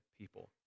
people